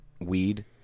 weed